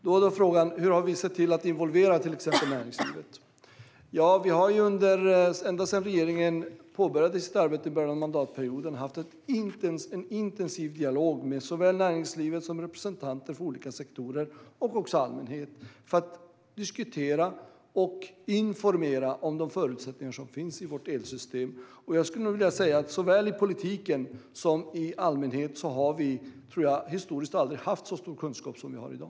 Då är frågan: Hur har vi sett till att involvera till exempel näringslivet? Ja, ända sedan regeringen påbörjade sitt arbete i början av mandatperioden har vi haft en intensiv dialog med såväl näringslivet som representanter för olika sektorer och också allmänheten för att diskutera och informera om de förutsättningar som finns i vårt elsystem. Jag skulle nog vilja säga att vi såväl i politiken som i samhället i stort historiskt aldrig har haft så stor kunskap som vi har i dag.